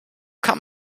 kann